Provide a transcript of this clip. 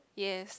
yes